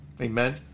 Amen